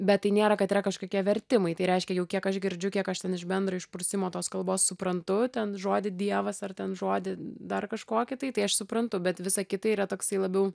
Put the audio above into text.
bet tai nėra kad yra kažkokie vertimai tai reiškia jau kiek aš girdžiu kiek aš ten iš bendro išprusimo tos kalbos suprantu ten žodį dievas ar ten žodį dar kažkokį tai tai aš suprantu bet visa kita yra toksai labiau